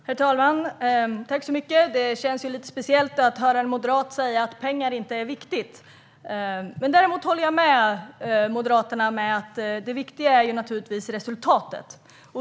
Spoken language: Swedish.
Herr talman! Det känns lite speciellt att höra en moderat säga att pengar inte är viktigt. Däremot håller jag med Moderaterna om att det viktiga är resultatet.